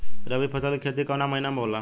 रवि फसल के खेती कवना महीना में होला?